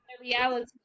reality